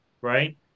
Right